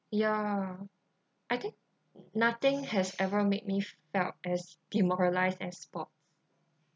ya I think nothing has ever made me felt as demoralised as sport